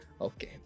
Okay